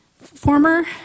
Former